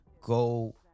go